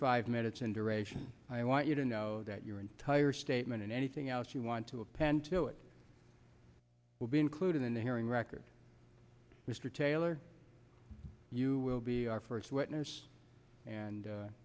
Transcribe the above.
five minutes in duration i want you to know that your entire statement and anything else you want to append to it will be included in the hearing record mr taylor you will be our first witness and